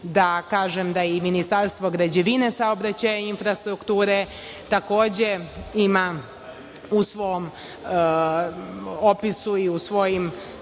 da kažem da i Ministarstvo građevine, saobraćaja i infrastrukture takođe ima u svom opisu i u svojim